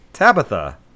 Tabitha